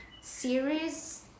series